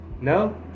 No